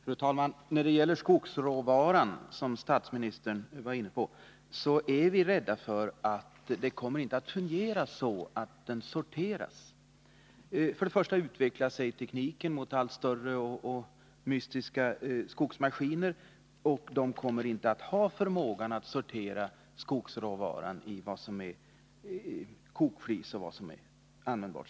Fru talman! När det gäller skogsråvaran, som statsministern berörde, är vi rädda för att det inte kommer att fungera så att den blir sorterad. För det första utvecklar sig tekniken mot allt större och alltmer mystiska skogsmaskiner, och dessa kommer inte att ha förmågan att sortera upp skogsråvaran med avseende på användning till kokflis resp. bränsleflis.